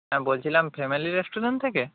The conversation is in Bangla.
হ্যাঁ বলছিলাম ফ্যামেলি রেস্টুরেন্ট থেকে